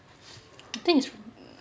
I think is